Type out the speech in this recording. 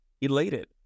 elated